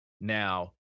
now